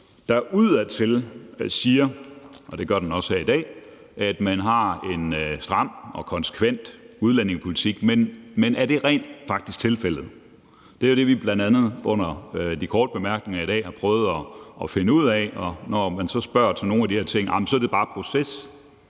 der udadtil siger – og det gør den også her i dag – at man har en stram og konsekvent udlændingepolitik. Men er det rent faktisk tilfældet? Det er jo det, vi bl.a. under de korte bemærkninger i dag har prøvet at finde ud af. Og når man så spørger til nogle af de her ting, er det bare proces,